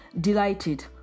delighted